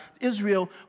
Israel